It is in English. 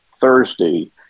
Thursday